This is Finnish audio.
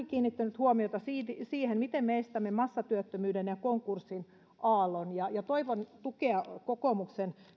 kiinnittänyt huomiota juuri siihen miten me estämme massatyöttömyyden ja konkurssien aallon ja ja toivon tukea kokoomuksen